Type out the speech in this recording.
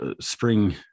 spring